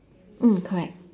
mm correct